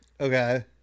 Okay